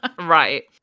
Right